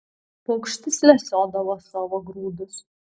paukštis lesiodavo savo grūdus